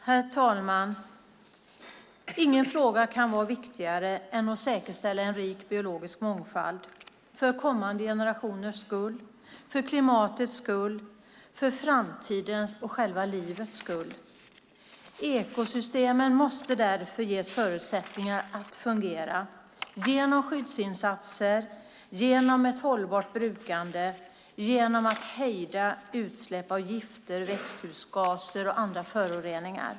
Herr talman! Ingen fråga kan vara viktigare än att säkerställa en rik biologisk mångfald - för kommande generationers skull, för klimatets skull och för framtidens och själva livets skull. Ekosystemen måste därför ges förutsättningar att fungera genom skyddsinsatser, genom ett hållbart brukande och genom att man hejdar utsläpp av gifter, växthusgaser och andra föroreningar.